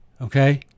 Okay